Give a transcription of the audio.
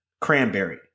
cranberry